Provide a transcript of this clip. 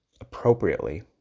appropriately